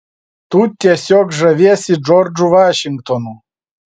tu tiesiog žaviesi džordžu vašingtonu